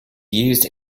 used